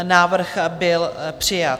Návrh byl přijat.